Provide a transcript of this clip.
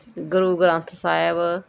ਗੁਰੂ Granth ਸਾਹਿਬ